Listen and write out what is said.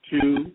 two